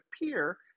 appear